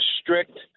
strict